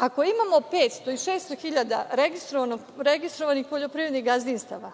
Ako imamo 500 i 600 hiljada registrovanih poljoprivrednih gazdinstava,